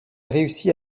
réussit